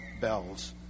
bells